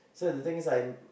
so the thing is I'm